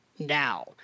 Now